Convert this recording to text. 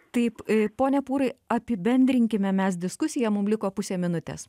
taip pone pūrai apibendrinkime mes diskusiją mum liko pusė minutės